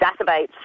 exacerbates